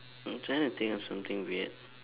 I'm trying to think of something weird